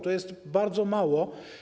To jest bardzo mało.